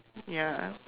ya